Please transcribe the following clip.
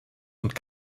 und